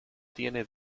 tiene